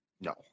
No